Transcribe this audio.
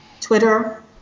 Twitter